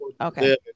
Okay